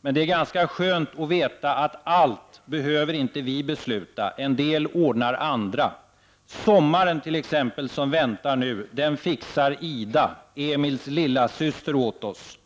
Men det är ganska skönt att veta att allt behöver inte vi besluta om. En del saker ordnar andra. Sommaren som väntar nu fixar Ida, Emils lillasyster, åt oss.